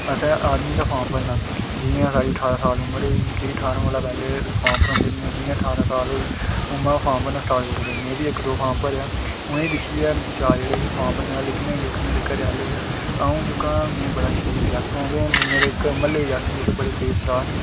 असें आर्मी दा फार्म भरना जि'यां साढ़ी उमर ठारां साल होई मिगी ठारां कोला पैह्लें भरोंदे निं हे जि'यां ठारां साल होई उ'आं गै स्टार्ट करी ओड़े में बी इक फार्म भरेआ उ'नें गी दिक्खियै गै मिगी चा चढ़ेआ फार्म भरने दा लेकिन जेह्के मेरे घरै आह्ले हे अ'ऊं जेह्का तरीफ जागत ऐ ते मेरे म्हल्ले दे जागत काफी तेज तरार न